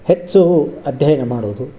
ಹೆಚ್ಚು ಅಧ್ಯಯನ ಮಾಡೋದು